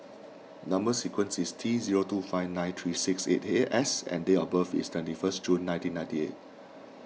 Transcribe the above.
Number Sequence is T zero two five nine three six eight eight S and date of birth is twenty first June nineteen ninety eight